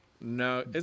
No